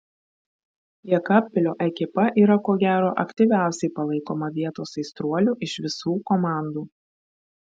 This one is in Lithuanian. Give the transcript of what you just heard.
jekabpilio ekipa yra ko gero aktyviausiai palaikoma vietos aistruolių iš visų komandų